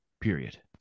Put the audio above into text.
period